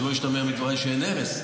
שלא ישתמע מדבריי שאין הרס.